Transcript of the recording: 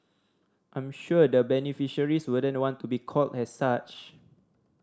I'm sure the beneficiaries wouldn't want to be called as such